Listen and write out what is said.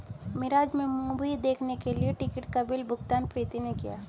मिराज में मूवी देखने के लिए टिकट का बिल भुगतान प्रीति ने किया